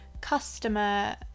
customer